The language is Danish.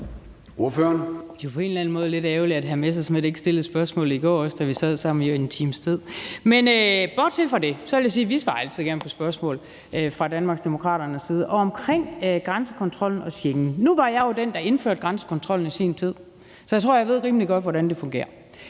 Det er jo på en eller anden måde lidt ærgerligt, at hr. Morten Messerschmidt ikke også stillede spørgsmålet i går, da vi jo sad sammen i en times tid. Men bortset fra det vil jeg sige, at vi fra Danmarksdemokraternes side altid gerne svarer på spørgsmål. Omkring grænsekontrollen og Schengen var jeg jo den, der indførte grænsekontrollen i sin tid, så jeg tror, at jeg rimelig godt ved, hvordan det fungerer.